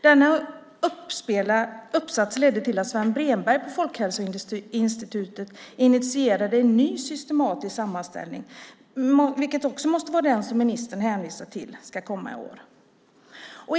Denna uppsats ledde till att Sven Bremberg på Folkhälsoinstitutet initierade en ny systematisk sammanställning, vilket måste vara den som ministern hänvisar till ska komma i år.